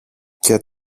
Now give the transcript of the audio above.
και